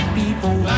people